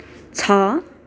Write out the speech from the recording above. छ